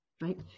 right